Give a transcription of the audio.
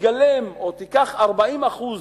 תגלם או תיקח 40% מזה,